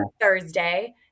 Thursday